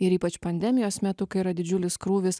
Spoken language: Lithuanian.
ir ypač pandemijos metu kai yra didžiulis krūvis